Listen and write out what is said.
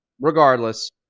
Regardless